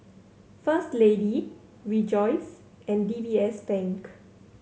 First Lady Rejoice and D B S Bank